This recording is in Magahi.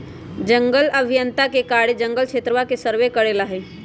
जंगल अभियंता के कार्य जंगल क्षेत्रवा के सर्वे करे ला हई